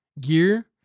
Gear